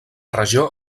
regió